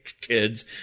kids